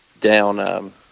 down